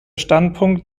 standpunkt